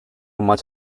much